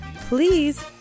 please